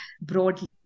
broadly